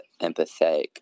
empathetic